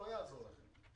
לא יעזור לכם,